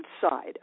side